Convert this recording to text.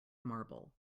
marble